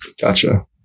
Gotcha